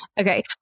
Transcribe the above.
Okay